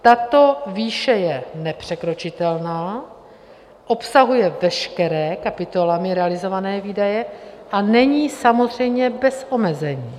Tato výše je nepřekročitelná, obsahuje veškeré kapitolami realizované výdaje a není samozřejmě bez omezení.